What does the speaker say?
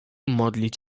modlić